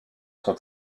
son